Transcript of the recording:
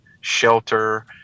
shelter